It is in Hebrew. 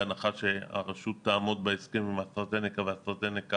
בהנחה שהרשות תעמוד בהסכם עם אסטרה זנקה ואסטרה זנקה